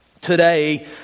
today